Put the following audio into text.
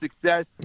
success